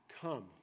come